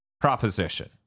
proposition